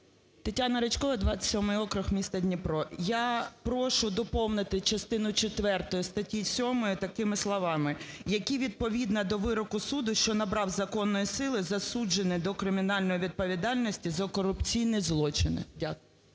ТетянаРичкова, 27-й округ, місто Дніпро. Я прошу доповнити частину четверту статті 7-ї такими словами: "які відповідно до вироку суду, що набрав законної сили, засуджені до кримінальної відповідальності за корупційні злочини". Дякую.